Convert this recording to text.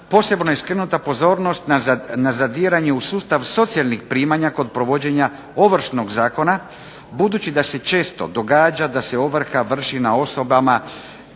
Posebno je skrenuta pozornost na zadiranje u sustav socijalnih primanja kod provođenja Ovršnog zakona budući da se često događa da se ovrha vrši na osobama,